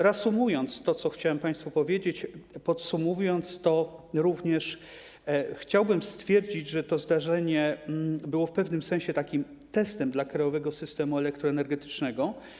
Reasumując to, co chciałem państwu powiedzieć, podsumowując, chciałbym stwierdzić, że to zdarzenie było w pewnym senesie takim testem dla krajowego systemu elektroenergetycznego.